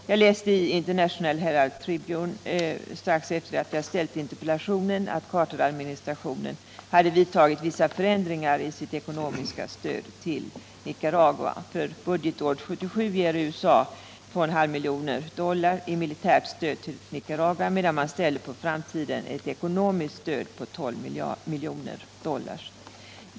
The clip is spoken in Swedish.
Jag läste i International Herald Tribune strax efter det att jag ställt interpellationen att Carteradministrationen hade vidtagit vissa förändringar i sitt ekonomiska stöd till Nicaragua. För budgetåret 1977 ger USA 2,5 miljoner dollar i militärt stöd till Nicaragua medan man ställer på framtiden ett ekonomiskt stöd på 12 miljoner dollar.